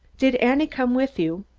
did annie come with you?